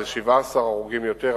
זה 17 הרוגים יותר,